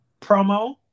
promo